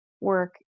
work